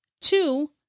Two